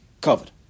covered